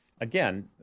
Again